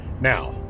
Now